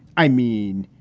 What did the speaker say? i mean,